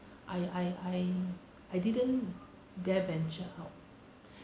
I I I I didn't dare venture out